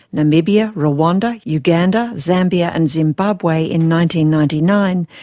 namibia, rwanda, uganda, zambia, and zimbabwe in ninety ninety nine,